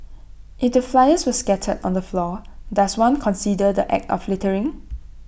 IT the flyers were scattered on the floor does one consider the act of littering